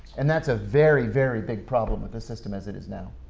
and that's a very, very big problem with the system as it is now.